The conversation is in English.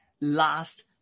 last